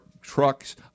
trucks